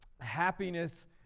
happiness